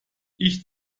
ich